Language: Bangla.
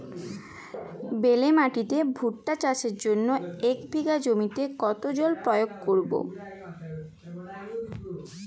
বেলে মাটিতে ভুট্টা চাষের জন্য এক বিঘা জমিতে কতো জল প্রয়োগ করব?